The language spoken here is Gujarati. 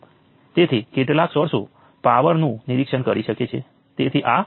હવે દાખલા તરીકે આપણે નોડ 4 માટે એક ચોક્કસ નોડને ધ્યાનમાં લઈએ